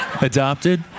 Adopted